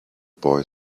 boy